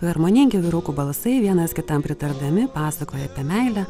harmoningi vyrukų balsai vienas kitam pritardami pasakoja apie meilę